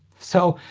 so,